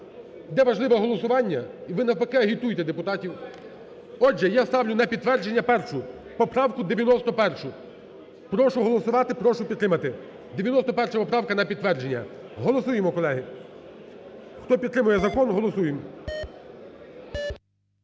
йде важливе голосування і ви, навпаки, агітуйте депутатів. Отже, я ставлю на підтвердження першу поправку 91. Прошу голосувати, прошу підтримати. 91 поправка на підтвердження. Голосуємо, колеги, хто підтримує закон, голосуємо.